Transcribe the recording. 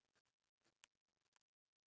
oh my god really